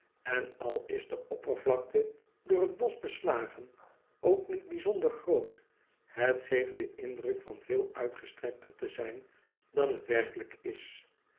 en al is de oppervlakte door het bosch beslagen ook niet bijzonder groot het geeft den indruk van veel uitgestrekter te zijn dan het werkelijk is